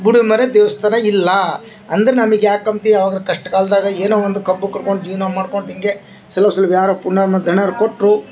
ಬುಡುಮುರಿ ದೇವ್ಸ್ಥಾನಯಿಲ್ಲ ಅಂದ್ರೆ ನಮಗೆ ಯಾಕೆ ಅಂತೆ ಯಾವ್ದ್ರೊ ಕಷ್ಟ ಕಾಲ್ದಾಗ ಏನೋ ಒಂದು ಜೀವನ ಮಾಡ್ಕೊಂಡು ಹೀಗೆ ಸೊಲ್ಪ ಸೊಲ್ಪ ಯಾರೋ ಪುಣ್ಯಾತ್ಮ ದಣಿಯರು ಕೊಟ್ಟರು